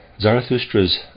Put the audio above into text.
Zarathustra's